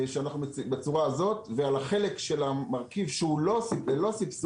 בצורה הזאת ועל החלק של המרכיב שאינו סבסוד,